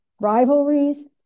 rivalries